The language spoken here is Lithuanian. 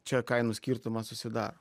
čia kainų skirtumas susidaro